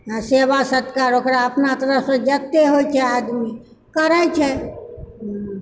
आ सेवा सत्कार ओकरा अपना तरफसँ जतय होइत छै आदमी करैत छै